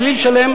בלי לשלם